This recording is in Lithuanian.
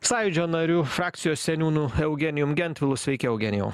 sąjūdžio nariu frakcijos seniūnu eugenijum gentvilu sveiki eugenijau